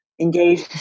engage